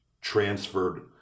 transferred